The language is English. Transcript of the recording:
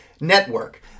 network